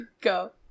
Go